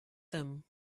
them